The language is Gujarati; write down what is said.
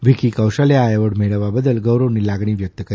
વિક્કી કૌશલે આ એવોર્ડ મેળવવા બદલ ગૌરવની લાગણી વ્યક્ત કરી